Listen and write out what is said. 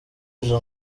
izo